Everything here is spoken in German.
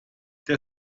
der